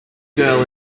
girl